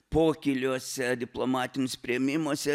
pokyliuose diplomatiniuose priėmimuose